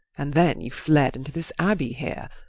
and then you fled into this abbey here,